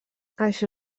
això